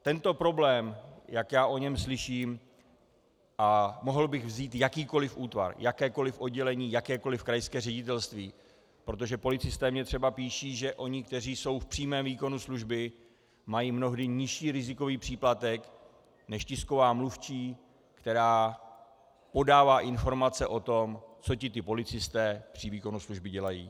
Tento problém, jak já o něm slyším, a mohl bych vzít jakýkoliv útvar, jakékoli oddělení, jakékoli krajské ředitelství, protože policisté mi třeba píší, že oni, kteří jsou v přímém výkonu služby, mají mnohdy nižší rizikový příplatek než tisková mluvčí, která podává informace o tom, co tito policisté při výkonu služby dělají.